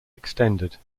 extended